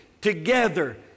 together